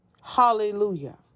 Hallelujah